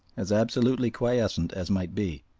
as absolutely quiescent as might be.